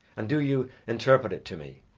and do you interpret it to me,